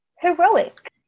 heroic